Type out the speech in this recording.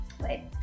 wait